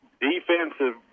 defensive